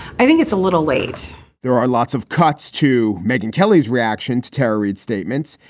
i think it's a little late there are lots of cuts to meghan kelly's reaction to tarried statements.